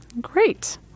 Great